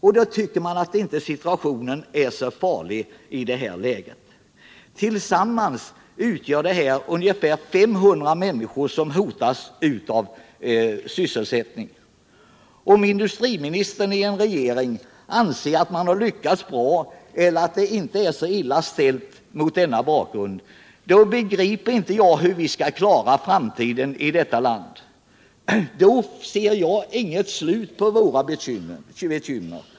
Och då tycker man ändå att situationen inte är så farlig i det här läget — tillsammans är det 500 människor som hotas att bli utan sysselsättning. Och om industriministern i en regering mot denna bakgrund anser att man har lyckats bra eller att det inte är så illa ställt, då begriper inte jag hur vi skall kunna klara framtiden i detta land — då ser jag inget slut på våra bekymmer!